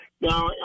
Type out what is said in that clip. Now